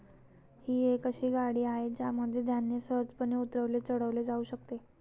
ही एक अशी गाडी आहे ज्यामध्ये धान्य सहजपणे उतरवले चढवले जाऊ शकते